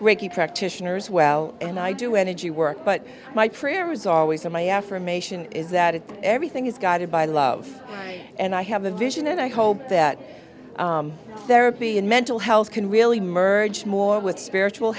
reiki practitioners well and i do energy work but my prayer was always on my affirmation is that everything is guided by love and i have a vision and i hope that there be in mental health can really merge more with spiritual